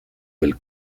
del